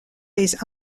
les